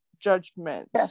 judgment